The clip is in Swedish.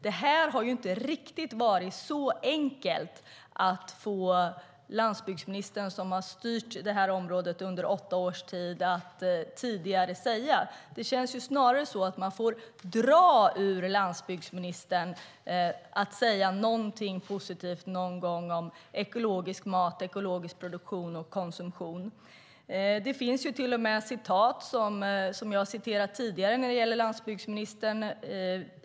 Det har tidigare inte varit riktigt så enkelt att få landsbygdsministern, som har styrt området under åtta års tid, att säga detta. Det känns snarare som att man får dra ur landsbygdsministern någonting positivt någon gång om ekologisk mat och ekologisk produktion och konsumtion. Det finns till och med citat som jag har nämnt tidigare när det gäller landsbygdsministern.